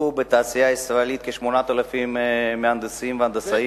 בתעשייה הישראלית כ-8,000 מהנדסים והנדסאים,